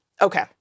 Okay